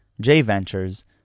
J-Ventures